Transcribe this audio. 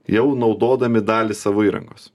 jau naudodami dalį savo įrangos